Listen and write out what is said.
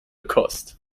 kost